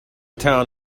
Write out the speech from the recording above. town